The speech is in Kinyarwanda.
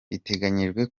biteganyijwe